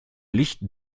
licht